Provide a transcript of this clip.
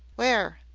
where?